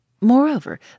Moreover